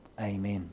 amen